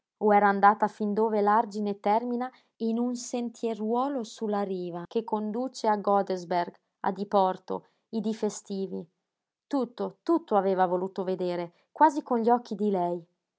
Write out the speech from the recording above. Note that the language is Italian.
era andata fin dove l'argine termina in un sentieruolo su la riva che conduce a godesberg a diporto i dí festivi tutto tutto aveva voluto vedere quasi con gli occhi di lei